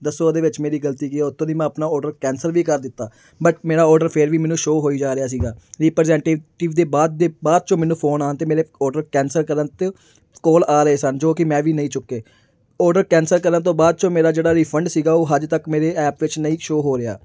ਦੱਸੋ ਉਹਦੇ ਵਿੱਚ ਮੇਰੀ ਗਲਤੀ ਕੀ ਹੈ ਉੱਤੋਂ ਦੀ ਮੈਂ ਆਪਣਾ ਔਡਰ ਕੈਂਸਲ ਵੀ ਕਰ ਦਿੱਤਾ ਬਟ ਮੇਰਾ ਔਡਰ ਫਿਰ ਵੀ ਮੈਨੂੰ ਸ਼ੋਅ ਹੋਈ ਜਾ ਰਿਹਾ ਸੀਗਾ ਰੀਪ੍ਰਜੈਂਟਿਵਟਿਵ ਦੇ ਬਾਅਦ ਦੇ ਬਾਅਦ 'ਚੋਂ ਮੈਨੂੰ ਫ਼ੋਨ ਆਉਣ 'ਤੇ ਮੇਰੇ ਔਡਰ ਕੈਂਸਲ ਕਰਨ 'ਤੇ ਕੋਲ ਆ ਰਹੇ ਸਨ ਜੋ ਕਿ ਮੈਂ ਵੀ ਨਹੀਂ ਚੁੱਕੇ ਔਡਰ ਕੈਂਸਲ ਕਰਨ ਤੋਂ ਬਾਅਦ 'ਚੋਂ ਮੇਰਾ ਜਿਹੜਾ ਰਿਫੰਡ ਸੀਗਾ ਉਹ ਅਜੇ ਤੱਕ ਮੇਰੇ ਐਪ ਵਿੱਚ ਨਹੀਂ ਸ਼ੋਅ ਹੋ ਰਿਹਾ